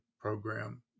program